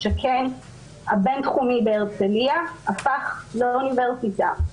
שכן הבין-תחומי בהרצליה הפך לאוניברסיטה.